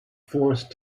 forced